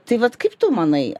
tai vat kaip tu manai